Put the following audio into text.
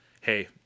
hey